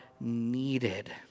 needed